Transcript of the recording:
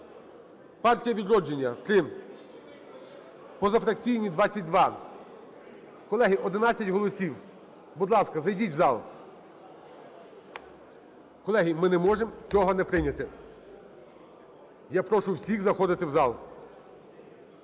"Партія Відродження" – 3, позафракційні – 22. Колеги, 11 голосів. Будь ласка, зайдіть у зал. Колеги, ми не можемо цього не прийняти. Я прошу всіх заходити в зал.